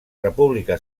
república